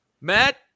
Matt